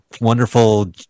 wonderful